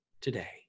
today